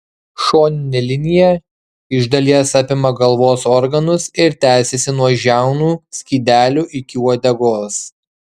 šoninė linija iš dalies apima galvos organus ir tęsiasi nuo žiaunų skydelių iki uodegos